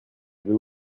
avez